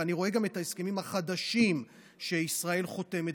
ואני רואה גם את ההסכמים החדשים שישראל חותמת,